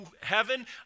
heaven